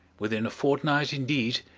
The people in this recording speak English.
within a fortnight indeed,